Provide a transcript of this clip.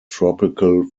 tropical